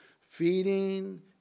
Feeding